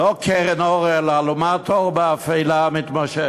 לא קרן אור אלא אלומת אור באפלה המתמשכת,